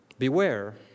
Beware